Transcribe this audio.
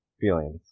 feelings